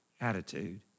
attitude